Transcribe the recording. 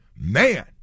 man